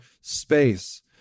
space